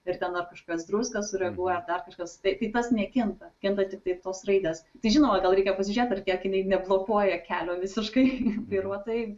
ir ten ar kažkas druska sureaguoja dar kažkas kitas tai ir tas nekinta kinta tiktai tos raidės žinoma gal reikia pasižiūrėt ar kiek jinai neblokuoja kelio visiškai vairuotojui